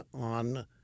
on